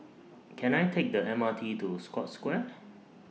Can I Take The M R T to Scotts Square